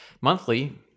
monthly